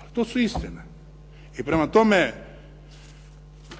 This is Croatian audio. Ali to su istine. I prema tome,